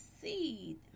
seed